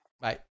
Bye